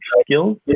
skills